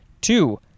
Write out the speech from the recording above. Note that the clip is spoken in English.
Two